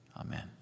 Amen